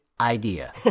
idea